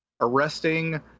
arresting